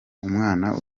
umwana